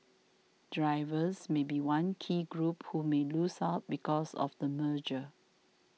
drivers may be one key group who may lose out because of the merger